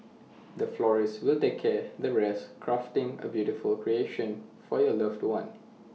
the florist will take care the rest crafting A beautiful creation for your loved one